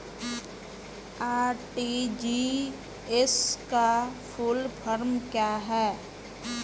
RTGS का full form क्या है?